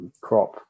crop